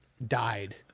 Died